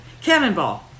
Cannonball